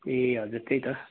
ए हजुर त्यही त